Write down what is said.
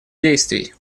действий